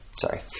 Sorry